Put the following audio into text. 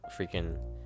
freaking